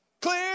Clear